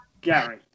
Gary